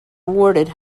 awarded